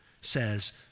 says